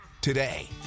today